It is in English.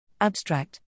Abstract